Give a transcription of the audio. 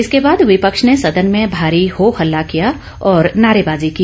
इसके बाद विपक्ष ने सदन में भारी हो हल्ला किया और नारेबाजी की